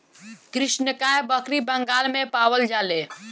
कृष्णकाय बकरी बंगाल में पावल जाले